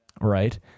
Right